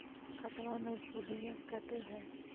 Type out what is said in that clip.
खतबा मे सुदीया कते हय?